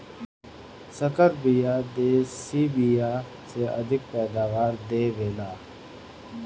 संकर बिया देशी बिया से अधिका पैदावार दे वेला